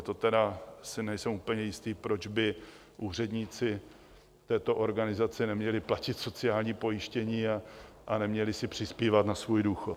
To tedy si nejsem úplně jistý, proč by úředníci této organizace neměli platit sociální pojištění a neměli si přispívat na svůj důchod.